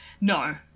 No